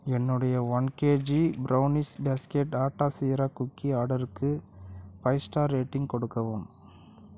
என்னுடைய one KG brownies basket atta jeera cookie ஆர்டருக்கு five star rating கொடுக்கவும்